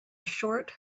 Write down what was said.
short